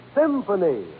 Symphony